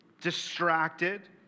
distracted